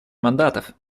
мандатов